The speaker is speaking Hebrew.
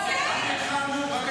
ב-03:00, רק התחלנו את המליאה.